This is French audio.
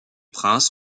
princes